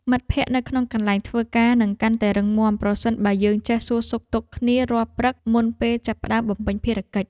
មិត្តភាពនៅក្នុងកន្លែងធ្វើការនឹងកាន់តែរឹងមាំប្រសិនបើយើងចេះសួរសុខទុក្ខគ្នារាល់ព្រឹកមុនពេលចាប់ផ្តើមបំពេញភារកិច្ច។